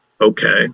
okay